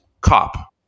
cop